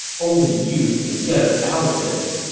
only you can get us out of this.